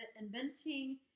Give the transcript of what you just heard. Inventing